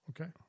okay